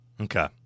Okay